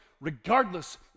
regardless